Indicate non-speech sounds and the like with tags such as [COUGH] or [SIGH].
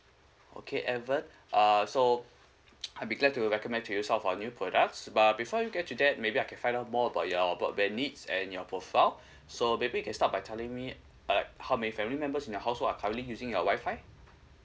okay evan uh so [NOISE] I'd be glad to recommend to you some of our new products but before we get to that maybe I can find out more about your broadband needs and your profile so maybe you can start by telling me uh how many family members in your household are using your Wi-Fi